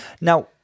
now